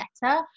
better